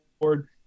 board